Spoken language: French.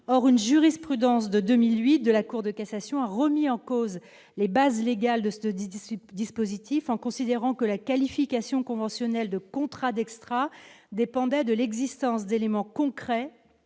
or une jurisprudence de 2008 de la Cour de cassation a remis en cause les bases légales de cet audit dissipe dispositifs en considérant que la qualification conventionnelle de contrat d'extra dépendait de l'existence d'éléments concrets